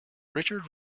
richard